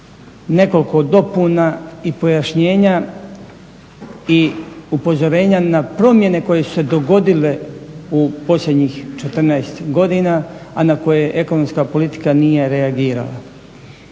nekoliko dopuna i pojašnjenja i upozorenja na promjene koje su se dogodile u posljednjih 14 godina a na koje ekonomska politika nije reagirala.